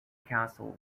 castle